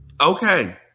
okay